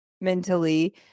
mentally